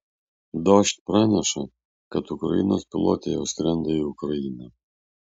dožd praneša kad ukrainos pilotė jau skrenda į ukrainą